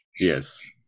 Yes